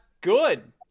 good